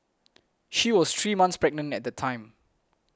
she was three months pregnant at the time